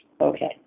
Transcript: Okay